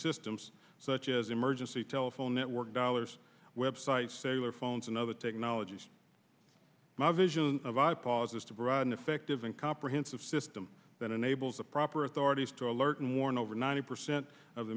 systems such as emergency telephone network dollars websites sailor phones and other technologies my vision of a pause is to broaden effective and comprehensive system that enables the proper authorities to alert and mourn over ninety percent of the